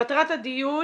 מטרת הדיון